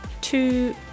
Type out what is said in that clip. two